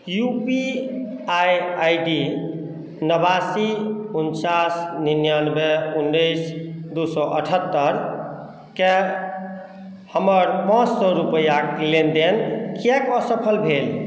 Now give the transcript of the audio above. U P I I D नबासी उनचास निन्यानबे उन्नैस दू सए अठहत्तरि कए हमर पाँच सए रुपैआक लेनदेन किएक असफल भेल